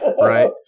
right